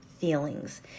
feelings